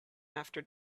after